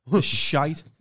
shite